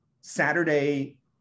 Saturday